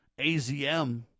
AZM